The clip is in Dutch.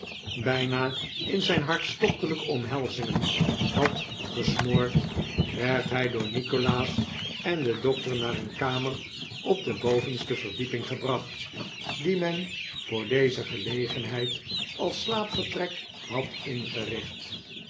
bijna in zijn hartstochtelijke omhelzingen had gesmoord werd hij door nikolaas en den dokter naar een kamer op de bovenste verdieping gebracht die men voor deze gelegenheid als slaapvertrek had ingericht